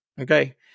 Okay